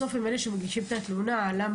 בסוף הם אלה שמגישים את התלונה למשטרה,